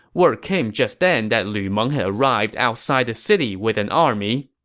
word came just then that lu meng had arrived outside the city with an army.